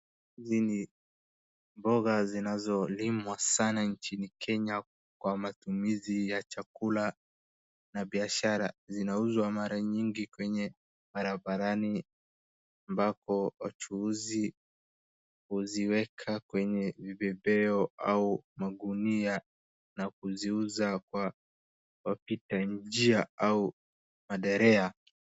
Hizi ni mboga zinazolimwa sana nchini Kenya, kwa matumizi ya chakula na biashara. Zinauzwa mara nyingi kwenye barabarani, ambapo wachuuzi huziweka kwenye vipepeo au magunia na kuziuza kwa wapita njia au paderea.